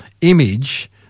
image